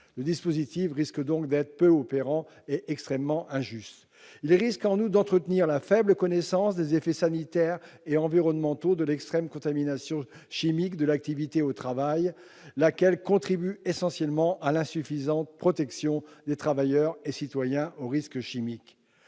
le dispositif risque donc d'être peu opérant et extrêmement injuste. « Il risque en outre d'entretenir la faible connaissance des effets sanitaires et environnementaux de l'extrême contamination chimique dans l'activité au travail, laquelle contribue essentiellement à l'insuffisante protection des travailleurs et citoyens contre les risques chimiques.